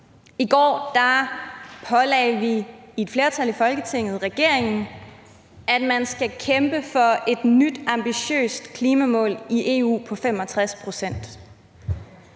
I går pålagde et flertal i Folketinget regeringen, at man i EU skal kæmpe for et nyt ambitiøst klimamål på 65 pct.